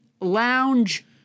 lounge